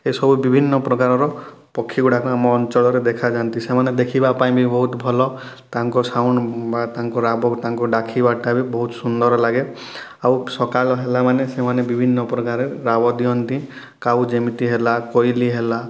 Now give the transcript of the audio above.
ଏସବୁ ବିଭିନ୍ନ ପ୍ରକାରର ପକ୍ଷୀ ଗୁଡ଼ାକ ଆମ ଅଞ୍ଚଳରେ ଦେଖା ଯାଆନ୍ତି ସେମାନେ ଦେଖିବା ପାଇଁ ବି ବହୁତ ଭଲ ତାଙ୍କ ସାଉଣ୍ଡ ବା ତାଙ୍କ ରାବ ତାଙ୍କୁ ଡାକିବା ଟା ବି ବହୁତ ସୁନ୍ଦର ଲାଗେ ଆଉ ସକାଲ ହେଲା ମାନେ ସେମାନେ ବିଭିନ୍ନ ପ୍ରକାରେ ରାବ ଦିଅନ୍ତି କାଉ ଯେମିତି ହେଲା କୋଇଲି ହେଲା